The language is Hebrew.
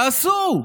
תעשו.